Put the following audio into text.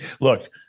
look